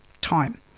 time